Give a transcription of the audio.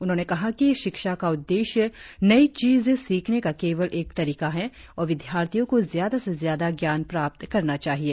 उन्होंने कहा कि शिक्षा का उद्देश्य नई चीजें सीखने का केवल एक तरीका है और विद्यार्थियों को ज्यादा से ज्यादा ज्ञान प्राप्त करना चाहिए